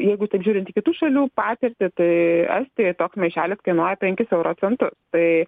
jeigu taip žiūrint į kitų šalių patirtį tai estijoj toks maišelis kainuoja penkis euro centus tai